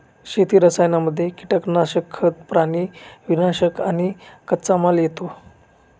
शेती रसायनांमध्ये कीटनाशक, खतं, प्राणी नियामक आणि कच्चामाल येतो